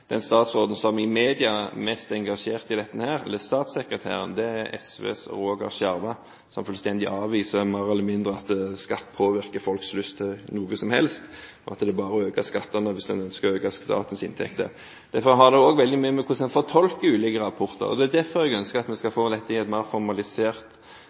den statssekretæren som i media er mest engasjert i dette, SVs Roger Schjerva, mer eller mindre avviser at skatt påvirker folks lyst til noe som helst, at det er bare å øke skattene hvis en ønsker å øke statens inntekter. Derfor har det også veldig mye med hvordan en fortolker ulike rapporter å gjøre, og det er derfor jeg ønsker at vi skal